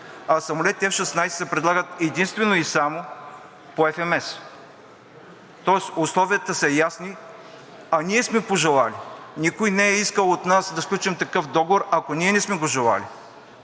а самолети F-16 се предлагат единствено и само по FMS, тоест условията са ясни. Ние сме го пожелали, никой не е искал от нас да сключим такъв договор, ако ние не сме го желали